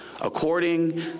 According